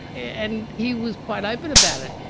and he was quite open about it.